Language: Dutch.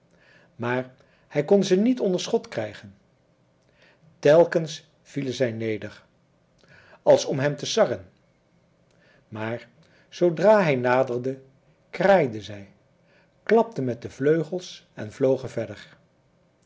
maar hij kon ze niet onder schot krijgen telkens vielen zij neder als om hem te sarren maar zoodra hij naderde kraaiden zij klapten met de vleugels en vlogen verder